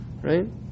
right